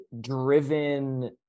driven